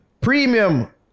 Premium